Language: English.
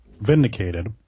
vindicated